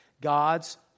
God's